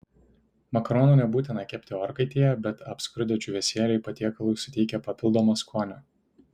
makaronų nebūtina kepti orkaitėje bet apskrudę džiūvėsėliai patiekalui suteikia papildomo skonio